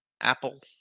Apple